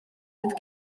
sydd